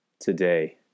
today